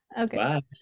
Okay